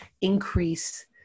increase